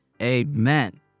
Amen